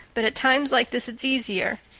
but at times like this it's easier.